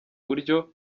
buryo